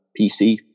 PC